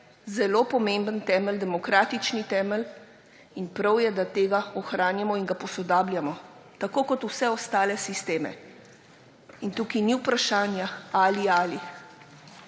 zelo pomemben temelj, demokratični temelj – in prav je, da tega ohranjamo in ga posodabljamo, tako kot vse ostale sisteme. In tukaj ni vprašanja ali–ali,